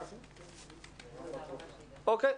אוקיי,